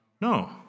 no